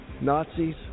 Nazis